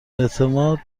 اعتماد